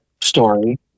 story